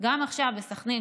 גם בסח'נין,